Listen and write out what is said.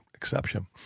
Exception